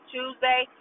Tuesday